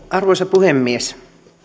arvoisa puhemies